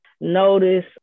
notice